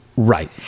Right